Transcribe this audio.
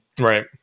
Right